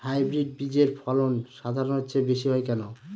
Hybrid বীজের ফলন সাধারণের চেয়ে বেশী হয় কেনো?